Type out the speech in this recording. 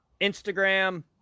Instagram